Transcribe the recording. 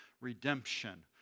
redemption